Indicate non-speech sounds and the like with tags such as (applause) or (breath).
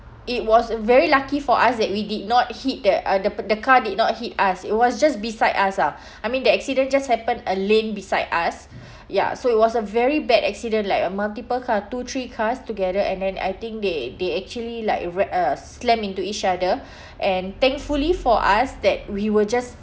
it was very lucky for us that we did not hit the other the car did not hit us it was just beside us ah I mean the accident just happened a lane beside us (breath) ya so it was a very bad accident like a multiple car two three cars together and then I think they they actually like ra~ uh slammed into each other (breath) and thankfully for us that we were just